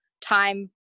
time